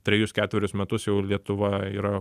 trejus ketverius metus jau lietuva yra